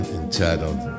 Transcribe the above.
entitled